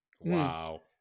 Wow